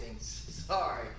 Sorry